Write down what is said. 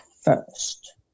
first